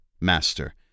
master